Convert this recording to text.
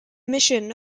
mission